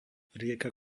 rieka